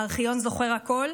הארכיון זוכר הכול,